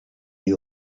you